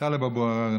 טלב אבו עראר,